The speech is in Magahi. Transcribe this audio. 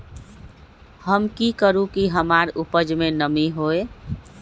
हम की करू की हमार उपज में नमी होए?